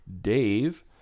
Dave